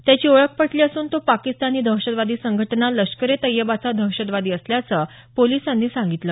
त्याची ओळख पटली असून तो पाकिस्तानी दहशतवादी संघटना लष्कर ए तय्यबाचा दहशतवादी असल्याचं पोलिसांनी सांगितलं